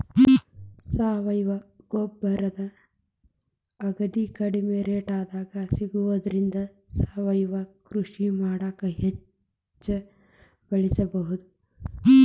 ಸಾವಯವ ಗೊಬ್ಬರ ಅಗದಿ ಕಡಿಮೆ ರೇಟ್ನ್ಯಾಗ ಸಿಗೋದ್ರಿಂದ ಸಾವಯವ ಕೃಷಿ ಮಾಡಾಕ ಹೆಚ್ಚ್ ಬಳಸಬಹುದು